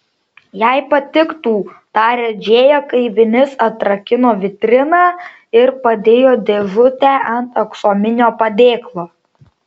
jai patiktų tarė džėja kai vinis atrakino vitriną ir padėjo dėžutę ant aksominio padėklo